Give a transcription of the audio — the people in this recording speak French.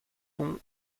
nom